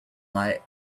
light